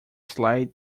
slide